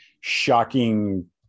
shocking